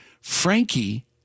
Frankie